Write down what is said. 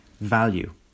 value